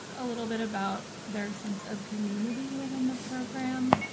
a little bit about their sense of community within the program.